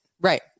Right